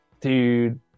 Dude